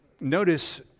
notice